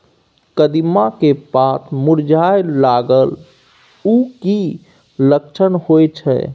कदिम्मा के पत्ता मुरझाय लागल उ कि लक्षण होय छै?